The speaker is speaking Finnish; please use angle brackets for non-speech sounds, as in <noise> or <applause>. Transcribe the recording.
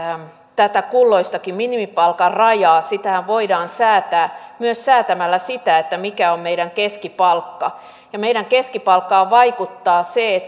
kulloistakin minimipalkan rajaa voidaan säätää myös säätämällä sitä mikä on meidän keskipalkkamme meidän keskipalkkaamme vaikuttaa se <unintelligible>